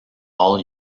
all